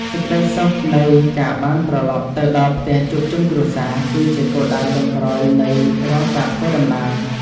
សេចក្ដីសុខនៃការបានត្រឡប់ទៅដល់ផ្ទះជួបជុំគ្រួសារ គឺជាគោលដៅចុងក្រោយនៃរាល់ការធ្វើដំណើរ។